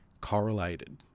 correlated